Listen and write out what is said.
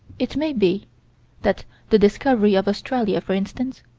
it may be that the discovery of australia, for instance,